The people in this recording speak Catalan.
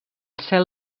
cel